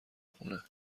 خونه